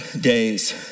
days